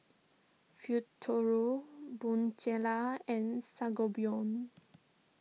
Futuro Bonjela and Sangobion